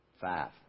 Five